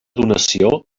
donació